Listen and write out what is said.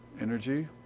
energy